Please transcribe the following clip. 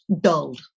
dulled